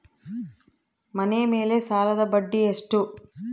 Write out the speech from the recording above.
ಮನೆ ಮೇಲೆ ಸಾಲದ ಬಡ್ಡಿ ಎಷ್ಟು?